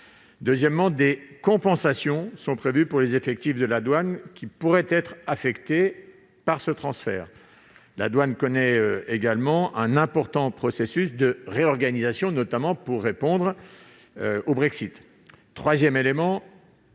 Ensuite, des compensations sont prévues pour les effectifs de la douane qui seraient affectés par ce transfert. La douane connaît également un important processus de réorganisation, notamment pour faire face aux conséquences